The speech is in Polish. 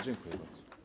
Dziękuję bardzo.